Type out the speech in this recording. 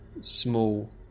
small